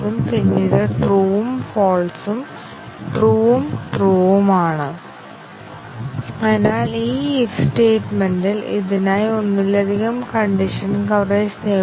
ഇവിടെ നമുക്ക് ഈ മെട്രിക് ശതമാനം കവർ ശതമാനം സ്റ്റേറ്റ്മെന്റ് എന്നിവ ഉൾപ്പെടുന്നു അത് മൊത്തം സ്റ്റേറ്റ്മെന്റുകളുടെ എണ്ണമാണ് അതിൽ എത്ര പ്രസ്താവനകൾ എക്സിക്യൂട്ട് ചെയ്തു